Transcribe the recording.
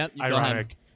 ironic